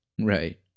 Right